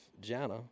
jana